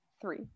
three